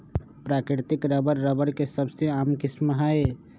प्राकृतिक rubber, rubber के सबसे आम किस्म हई